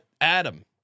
Adam